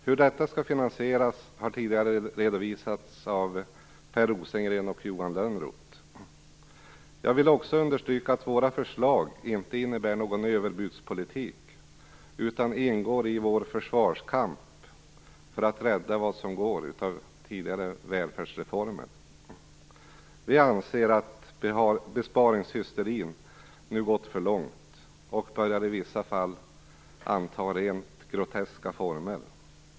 Hur detta skall finansieras har tidigare redovisats av Per Jag vill understryka att våra förslag inte innebär en överbudspolitik, utan det här ingår i vår försvarskamp för att rädda vad som räddas kan av tidigare välfärdsreformer. Vi anser att besparingshysterin nu har gått för långt och att den i vissa fall börjar anta rent groteska former.